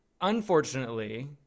Unfortunately